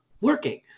working